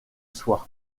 soie